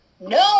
No